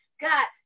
got